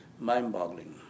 mind-boggling